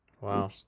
Wow